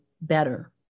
better